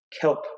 kelp